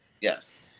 Yes